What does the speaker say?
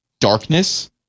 darkness